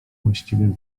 właściwie